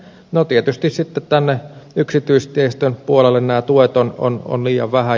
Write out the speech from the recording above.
no tietysti sitten tänne yksityistiestön puolelle nämä tuet ovat liian vähän